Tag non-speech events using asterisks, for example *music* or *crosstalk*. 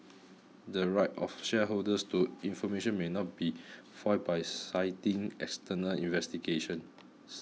the right of shareholders to information may not be *noise* foiled by citing external investigations